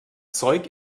zeug